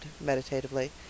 meditatively